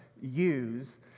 use